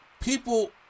People